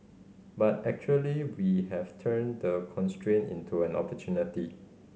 but actually we have turned the constraint into an opportunity